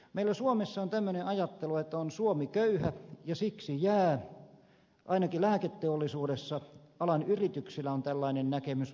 meillä suomessa on tämmöinen ajattelu että on suomi köyhä ja siksi jää ainakin lääketeollisuudessa alan yrityksillä on tällainen näkemys valitettavasti